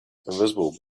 invisible